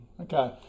okay